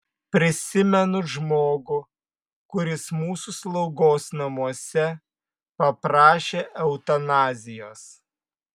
prisimenu žmogų kuris mūsų slaugos namuose paprašė eutanazijos